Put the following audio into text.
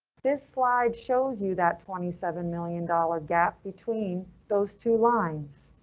this slide shows you that twenty seven million dollars gap between those two lines.